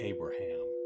Abraham